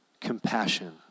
compassion